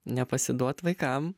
nepasiduot vaikam